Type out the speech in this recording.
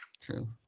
True